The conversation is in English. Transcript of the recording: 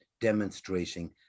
demonstrating